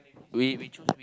we we choose